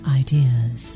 ideas